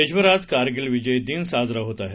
देशभर आज कारगिल विजय दिन साजरा होत आहे